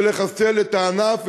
ולחסל את הענף,